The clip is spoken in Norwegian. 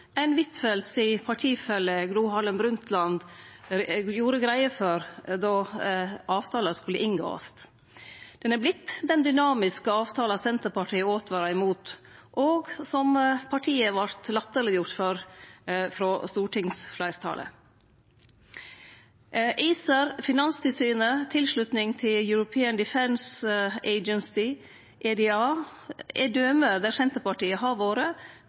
partifelle Gro Harlem Brundtland gjorde greie for då avtalen skulle inngåast. Han er blitt den dynamiske avtalen Senterpartiet åtvara mot, og som partiet vårt vart latterleggjort for av stortingsfleirtalet. ACER, EUs finanstilsyn og tilslutning til European Defence Agency, EDA, er døme der Senterpartiet har vore,